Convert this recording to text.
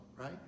right